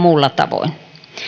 muulla tavoin